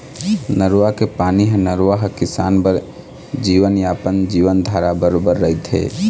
नरूवा के पानी ह नरूवा ह किसान बर जीवनयापन, जीवनधारा बरोबर रहिथे